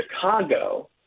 Chicago